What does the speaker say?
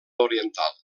oriental